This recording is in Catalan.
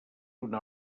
una